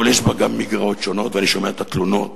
אבל יש בה גם מגרעות שונות, ואני שומע את התלונות